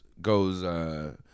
goes